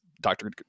doctor